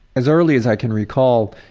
as early as i can recall,